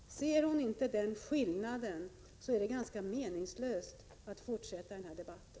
Ser hon inte den skillnaden är det ganska meningslöst att fortsätta debatten.